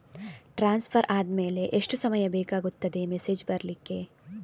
Transfer ಆದ್ಮೇಲೆ ಎಷ್ಟು ಸಮಯ ಬೇಕಾಗುತ್ತದೆ ಮೆಸೇಜ್ ಬರ್ಲಿಕ್ಕೆ?